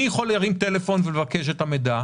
אני יכול להתקשר בטלפון ולבקש את המידע,